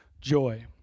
joy